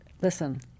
listen